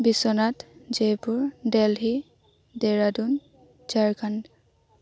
Biswanath Jaipur Delhi Dehradun Jharkhand